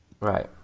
Right